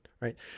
right